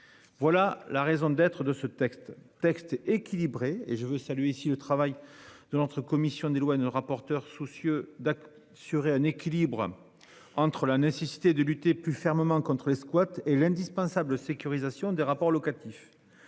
Voilà la raison d'être de ce texte, texte équilibré et je veux saluer ici le travail de notre commission des lois ne rapporteur soucieux d'acc sur et un équilibre entre la nécessité de lutter plus fermement contre les squats et l'indispensable sécurisation des rapports locatifs.